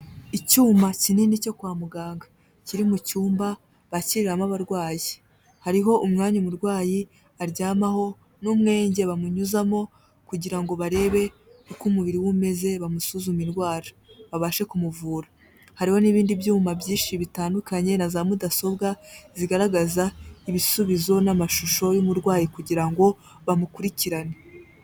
Icyuma kinini cyo kwa muganga kiri mu cyumba bakiriramo abarwayi, hariho umwanya umurwayi aryamaho n'umwenge bamunyuzamo kugira ngo barebe uko umubiri we umeze bamusuzume indwara, babashe kumuvura. Hariho n'ibindi byuma byinshi bitandukanye na zamudasobwa zigaragaza ibisubizo n'amashusho y'umurwayi kugira ngo bamukurikirane.